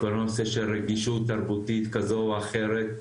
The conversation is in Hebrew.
כל הנושא של רגישות תרבותית כזו או אחרת.